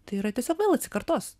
tai yra tiesiog vėl atsikartos